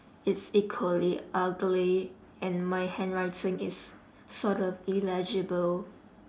it's equally ugly and my handwriting is sort of illegible